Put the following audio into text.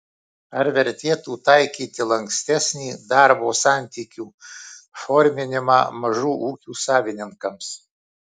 ar vertėtų taikyti lankstesnį darbo santykių forminimą mažų ūkių savininkams